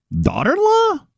daughter-in-law